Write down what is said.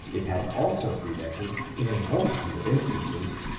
it has also prevented, in a multitude of instances,